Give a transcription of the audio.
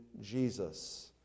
Jesus